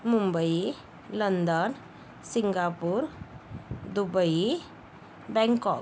Mumbai London Singapore Dubai Bangkok